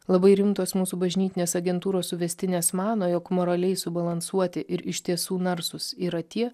labai rimtos mūsų bažnytinės agentūrų suvestinės mano jog moraliai subalansuoti ir iš tiesų narsūs yra tie